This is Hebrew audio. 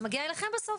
זה מגיע אליכם בסוף.